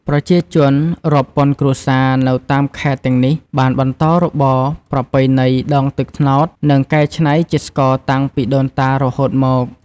ប្រជាជនរាប់ពាន់គ្រួសារនៅតាមខេត្តទាំងនេះបានបន្តរបរប្រពៃណីដងទឹកត្នោត និងកែច្នៃជាស្ករតាំងពីដូនតារហូតមក។